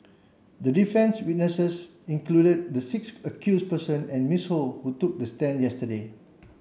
the defence's witnesses included the six accused persons and Miss Ho who took the stand yesterday